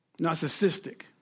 Narcissistic